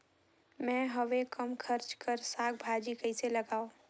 मैं हवे कम खर्च कर साग भाजी कइसे लगाव?